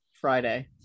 Friday